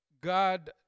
God